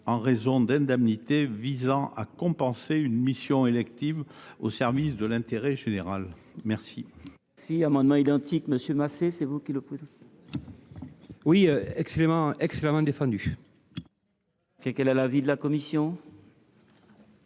en raison d’indemnités visant à compenser une mission élective au service de l’intérêt général. La